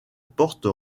porte